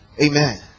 amen